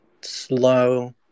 Slow